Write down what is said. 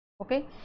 okay